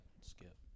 Skip